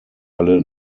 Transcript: alle